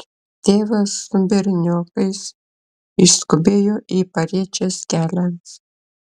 tėvas su berniokais išskubėjo į pariečės kelią